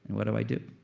what do i do?